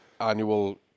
annual